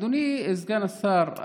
אדוני סגן השר,